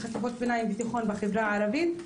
חטיבות ביניים בתיכון בחברה הערבית,